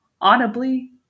audibly